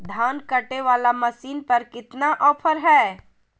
धान कटे बाला मसीन पर कितना ऑफर हाय?